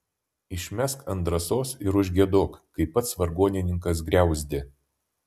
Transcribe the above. išmesk ant drąsos ir užgiedok kaip pats vargonininkas griauzdė